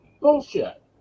Bullshit